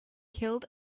killed